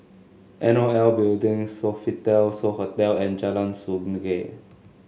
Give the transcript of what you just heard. N O L Building Sofitel So Hotel and Jalan Sungei